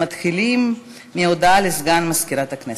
מתחילים בהודעה לסגן מזכירת הכנסת.